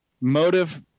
motive